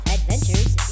Adventures